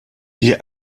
wir